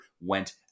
went